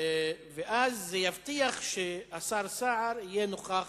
ואז זה יבטיח שהשר סער יהיה נוכח